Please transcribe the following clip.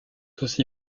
aussi